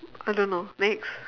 I don't know next